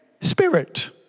spirit